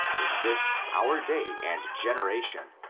in this our day and generation,